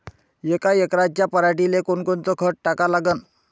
यका एकराच्या पराटीले कोनकोनचं खत टाका लागन?